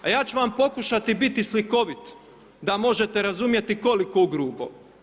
A ja ću vam pokušati biti slikovit, da možete razumjeti koliko ugrubo.